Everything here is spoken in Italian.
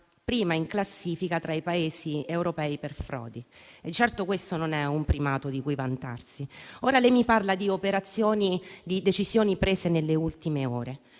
prima in classifica tra i Paesi europei per frodi, e certo questo non è un primato di cui vantarsi. Ora lei mi parla di decisioni prese nelle ultime ore.